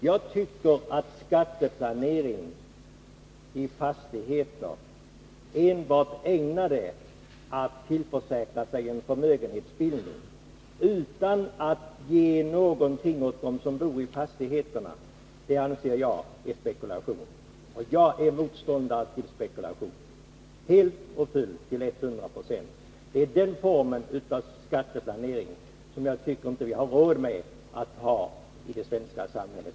Jag tycker att skatteplanering i fastigheter, enbart ägnad att tillförsäkra personen i fråga en förmögenhetsbildning, utan att ge någonting åt dem som bor i fastigheten, är spekulation. Och jag är motståndare till spekulation helt och fullt, till 100 90. Det är denna form av skatteplanering som jag tycker att vi inte har råd med i det svenska samhället.